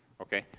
okay?